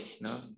no